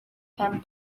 pen